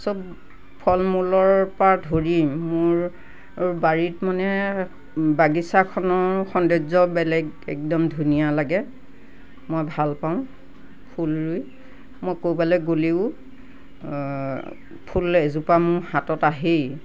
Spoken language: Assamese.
চব ফুল মূলৰ পৰা ধৰি মোৰ বাৰীত মানে বাগিচাখন সৌন্দৰ্য বেলেগ একদম ধুনীয়া লাগে মই ভাল পাওঁ ফুল ৰুই মই ক'ৰবালৈ গ'লেও ফুল এজোপা মোৰ হাতত আহেই